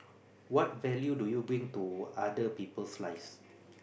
what value do you bring to other people's lives